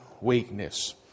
weakness